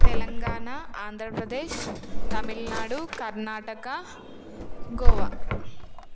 Telangana Andhra Pradesh Tamil Nadu Karnataka Goa